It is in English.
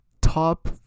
top